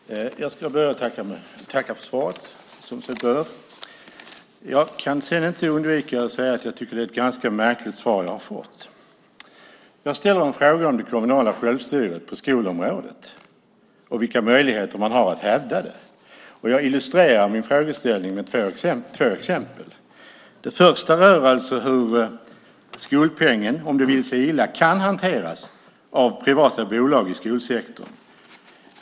Herr talman! Jag ska börja med att tacka för svaret, som sig bör. Jag kan sedan inte undvika att säga att jag tycker att det är ett ganska märkligt svar jag har fått. Jag ställer en fråga om det kommunala självstyret på skolområdet och vilka möjligheter man har att hävda det. Jag illustrerar min frågeställning med två exempel. Det första rör hur skolpengen, om det vill sig illa, kan hanteras av privata bolag i skolsektorn.